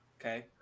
Okay